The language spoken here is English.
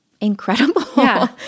incredible